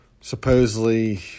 supposedly